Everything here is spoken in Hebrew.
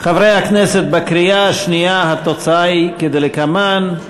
חברי הכנסת, בקריאה השנייה התוצאות הן כדלקמן: